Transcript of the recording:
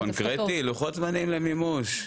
קונקרטי, זה לוחות זמנים למימוש.